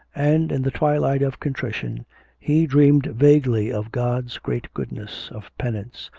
and in the twilight of contrition he dreamed vaguely of god's great goodness, of penance,